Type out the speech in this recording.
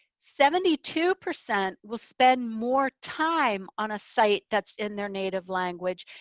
seventy two percent will spend more time on a site that's in their native language.